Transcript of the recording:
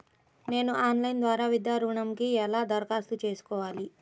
నేను ఆన్లైన్ ద్వారా విద్యా ఋణంకి ఎలా దరఖాస్తు చేసుకోవాలి?